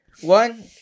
One